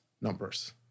numbers